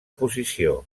posició